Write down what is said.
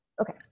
okay